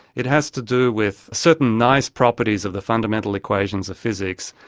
it has to do with certain nice properties of the fundamental equations of physics,